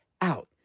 out